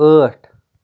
ٲٹھ